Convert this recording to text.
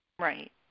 Right